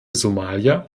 somalia